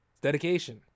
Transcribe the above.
Dedication